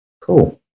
cool